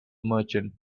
merchant